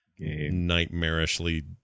nightmarishly